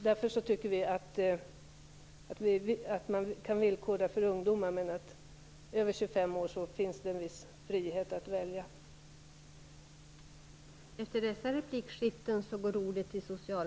Därför tycker vi att vi kan villkora för ungdomar men att det skall finnas en viss frihet att välja för dem som är över 25 år.